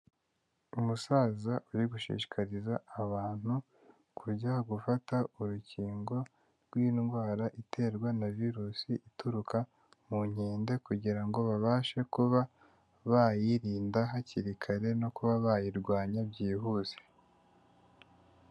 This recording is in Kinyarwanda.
Umusaza uri gushishikariza abantu kurya gufata urukingo rw'indwara iterwa na virusi ituruka mu nkende kugira ngo babashe kuba bayirinda hakiri kare no kuba bayirwanya byihuse.